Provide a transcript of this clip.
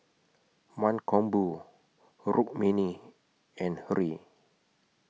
Mankombu Rukmini and Hri